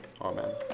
amen